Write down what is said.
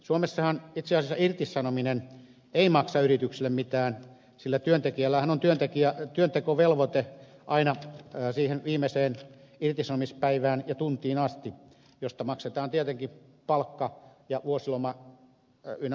suomessahan itse asiassa irtisanominen ei maksa yritykselle mitään sillä työntekijällähän on työntekovelvoite aina siihen viimeiseen irtisanomispäivään ja tuntiin asti josta maksetaan tietenkin palkka ja vuosiloma ynnä muuta